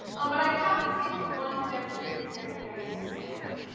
um but i have saved one to demonstrate the technique i use to slice them.